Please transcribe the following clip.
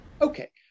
Okay